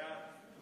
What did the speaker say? לוועדת העבודה,